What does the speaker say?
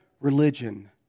religion